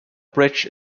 bridge